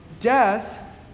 Death